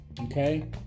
okay